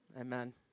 Amen